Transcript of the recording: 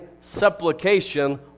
supplication